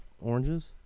oranges